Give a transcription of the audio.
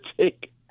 take